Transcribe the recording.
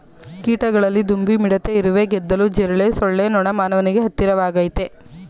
ಕೀಟಗಳಲ್ಲಿ ದುಂಬಿ ಮಿಡತೆ ಇರುವೆ ಗೆದ್ದಲು ಜಿರಳೆ ಸೊಳ್ಳೆ ನೊಣ ಮಾನವನಿಗೆ ಹತ್ತಿರವಾಗಯ್ತೆ